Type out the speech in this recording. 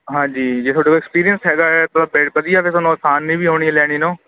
ਹਾਂਜੀ ਜੇ ਤੁਹਾਡੇ ਕੋਲ ਐਕਸਪੀਰੀਅੰਸ ਹੈਗਾ ਵਧੀਆ ਤੁਹਾਨੂੰ ਆਸਾਨ ਨਹੀਂ ਵੀ ਆਉਣੀ ਲੈਣੀ ਨੂੰ